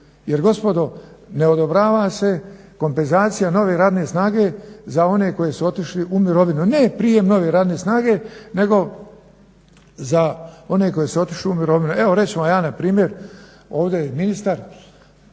jer gospodo, ne odobrava se kompenzacija nove radne snage za one koji su otišli u mirovinu. Ne prijem nove radne snage nego za one koji su otišli u mirovinu, evo reći ću vam ja npr. Ovdje je ministar,